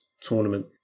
tournament